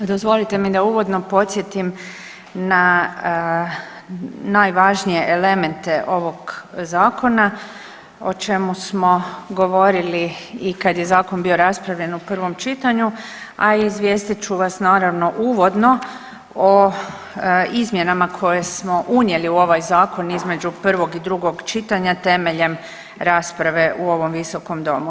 Dozvolite mi da uvodno podsjetim na najvažnije elemente ovog zakona o čemu smo govorili i kada je zakon bio raspravljen u prvom čitanju, a izvijestit ću vas naravno uvodno o izmjenama koje smo unijeli u ovaj zakon između prvog i drugog čitanja temeljem rasprave u ovom visokom domu.